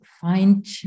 find